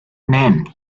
name